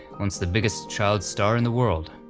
once the biggest child star in the world,